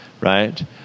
Right